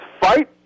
fight